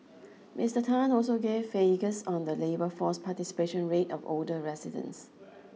Mister Tan also gave figures on the labour force participation rate of older residents